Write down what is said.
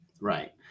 right